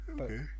Okay